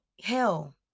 Hell